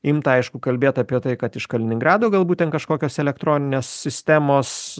imta aišku kalbėt apie tai kad iš kaliningrado galbūt ten kažkokios elektroninės sistemos